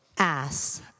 Ass